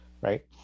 right